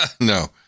No